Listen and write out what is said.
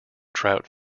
trout